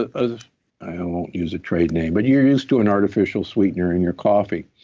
but ah use a trade name, but you're used to an artificial sweetener in your coffee.